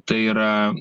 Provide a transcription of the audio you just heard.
tai yra